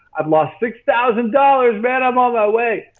i've lost six thousand dollars man i'm on my way!